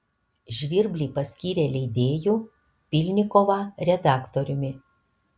žvirblį paskyrė leidėju pylnikovą redaktoriumi